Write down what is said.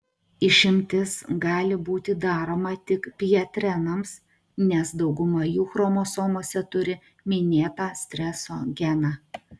išimtis gali būti daroma tik pjetrenams nes dauguma jų chromosomose turi minėtą streso geną